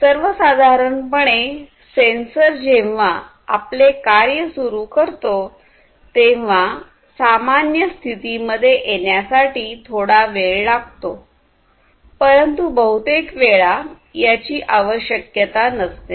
सर्वसाधारणपणे सेन्सर जेव्हा आपले कार्य सुरू करतो तेव्हा सामान्य स्थितीमध्ये येण्यासाठी थोडा वेळ लागतो परंतु बहुतेक वेळा याची आवश्यकता नसते